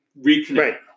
reconnect